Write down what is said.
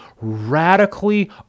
Radically